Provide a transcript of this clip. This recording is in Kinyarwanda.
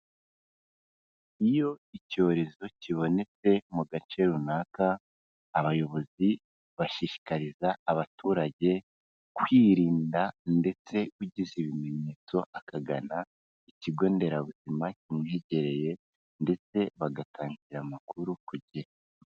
Iyo icyorezo kibonetse mu gace runaka, abayobozi bashishikariza abaturage kwirinda ndetse ugize ibimenyetso, akagana ikigo nderabuzima kimwegereye ndetse bagatangira amakuru ku gihe.